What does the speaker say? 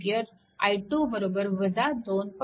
5A i2 2